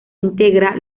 integra